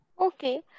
Okay